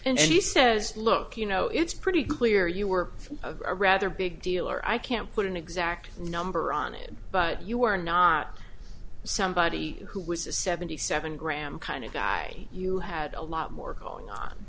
and he says look you know it's pretty clear you were a rather big deal or i can't put an exact number on it but you were not somebody who was a seventy seven gram kind of guy you had a lot more going on